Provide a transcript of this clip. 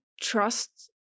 trust